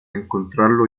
encontrarlo